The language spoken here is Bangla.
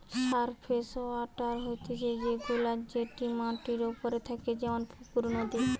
সারফেস ওয়াটার হতিছে সে গুলা যেটি মাটির ওপরে থাকে যেমন পুকুর, নদী